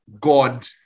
God